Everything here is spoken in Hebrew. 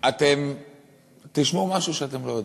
אתן תשמעו משהו שאתן לא יודעות,